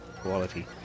quality